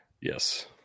Yes